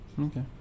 Okay